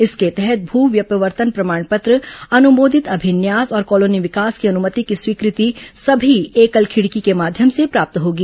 इसके तहत भ व्यपवर्तन प्रमाण पत्र अनुमोदित अभिन्यास और कॉलोनी विकास की अनुमति की स्वीकृति सभी एकल खिड़की के माध्यम से प्राप्त होगी